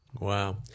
Wow